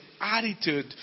attitude